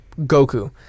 Goku